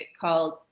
called